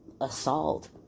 assault